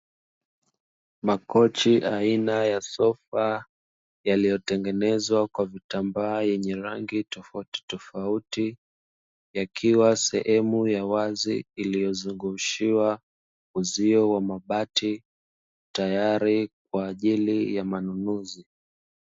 Makochi aina ya sofa yaliyotengenezwa kwa vitambaa yenye rangi tofautitofauti, yakiwa sehemu ya wazi iliozungushiwa uzio wa mabati tayari kwa manunuzi.